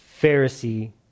Pharisee